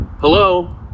Hello